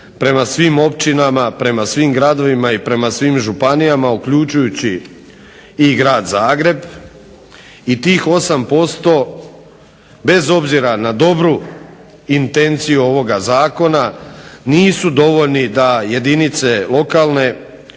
prema svim općinama, prema svim gradovima i prema svim županijama, uključujući i Grad Zagreb i tih 8% bez obzira na dobru intenciju ovoga zakona nisu dovoljni da jedinice lokalne